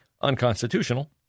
unconstitutional